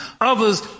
Others